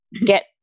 get